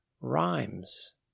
rhymes